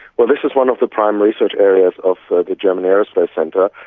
well, this is one of the primary research areas of the german aerospace centre.